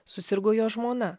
susirgo jo žmona